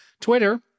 Twitter –